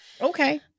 Okay